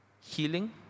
healing